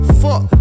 fuck